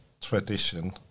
tradition